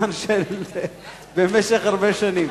עניין שנמשך הרבה שנים.